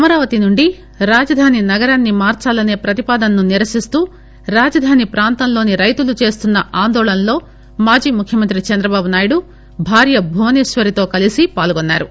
అమరావతి నుండి రాజధాని నగరాన్ని మార్చాలనే ప్రతిపాదనను నిరసిస్తూ రాజధాని ప్రాంతంలోని రైతులు చేస్తున్న ఆందోళనలో మాజీ ముఖ్యమంత్రి చంద్రబాబు నాయుడు భార్య భువసేశ్వరితో కలిసి పాల్గొన్నారు